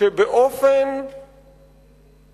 שלא זוכה לפתרונות לטווח הארוך.